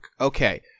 okay